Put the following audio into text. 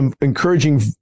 encouraging